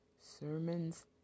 sermons